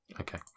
Okay